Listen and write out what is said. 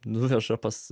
nuveža pas